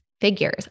figures